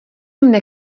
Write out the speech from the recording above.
mne